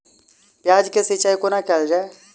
प्याज केँ सिचाई कोना कैल जाए?